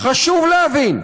חשוב להבין: